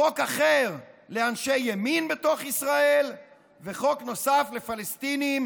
חוק אחר לאנשי ימין בתוך ישראל וחוק נוסף לפלסטינים